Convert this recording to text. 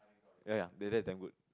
ya ya that that's damn good